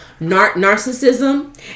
narcissism